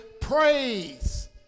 praise